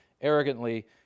arrogantly